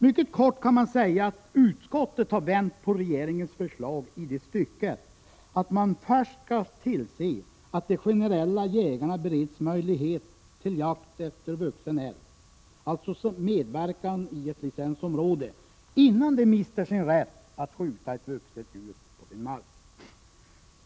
Mycket kort kan man säga att utskottet har vänt på regeringens förslag i det stycket att man först skall tillse att de generella jägarna bereds möjlighet till jakt efter vuxen älg, alltså medverkan i ett licensområde, innan de mister sin rätt att skjuta ett vuxet djur på sin mark.